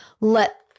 let